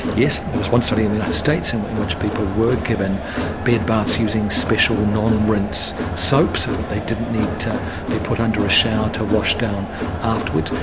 yes, there was one study in the united states in in which people were given bed-baths using special non-rinse soaps so they didn't need to be put under a shower to wash down afterwards.